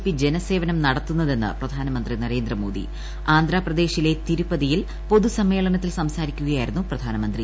P ്രജനസേവനം നടത്തുന്നതെന്ന് പ്രധാനമന്ത്രി നരേന്ദ്രമോദി ആന്ധ്രാപ്രദേശിലെ തിരുപ്പതിയിൽ പൊതുസമ്മേളനത്തിൽ സംസാരിക്കുകയായിരുന്നു പ്രധാനമന്ത്രി